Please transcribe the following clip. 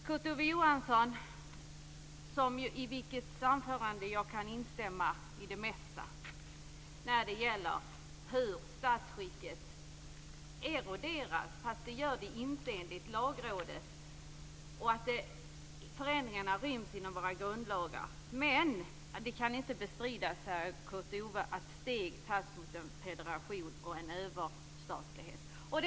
Jag kan instämma i det mesta i Kurt Ove Johanssons anförande när det gäller hur statsskicket eroderas, vilket det emellertid inte gör enligt Lagrådet, och att förändringarna ryms inom våra grundlagar. Men det kan inte bestridas, Kurt Ove, att steg tas mot en federation och en överstatlighet.